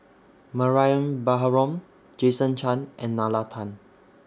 Mariam Baharom Jason Chan and Nalla Tan